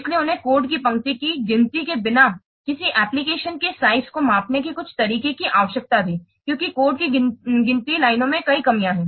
इसलिए उन्हें कोड की पंक्तियों की गिनती के बिना किसी एप्लिकेशन के साइज को मापने के कुछ तरीके की आवश्यकता थी क्योंकि कोड की गिनती लाइनों में कई कमियां हैं